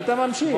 היית ממשיך.